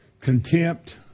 contempt